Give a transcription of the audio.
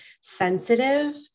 sensitive